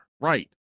Right